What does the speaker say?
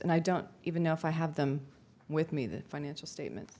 and i don't even know if i have them with me the financial statements